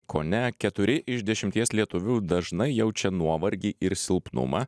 kone keturi iš dešimties lietuvių dažnai jaučia nuovargį ir silpnumą